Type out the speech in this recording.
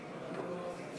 אנחנו בעמוד 836,